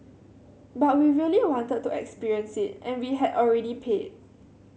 but we really wanted to experience it and we had already paid